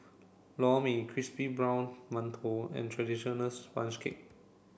Lor Mee crispy golden brown mantou and traditional sponge cake